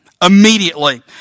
immediately